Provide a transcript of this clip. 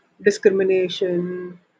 discrimination